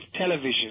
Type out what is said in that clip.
television